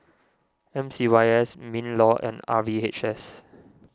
M C Y S MinLaw and R V H S